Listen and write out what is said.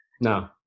No